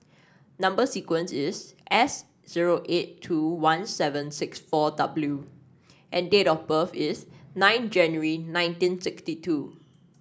number sequence is S zero eight two one seven six four W and date of birth is nine January nineteen sixty two